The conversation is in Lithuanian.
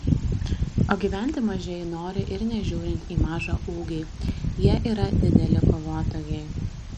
o gyventi mažieji nori ir nežiūrint į mažą ūgį jie yra dideli kovotojai